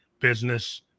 business